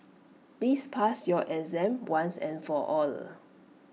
please pass your exam once and for all